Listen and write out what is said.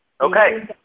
Okay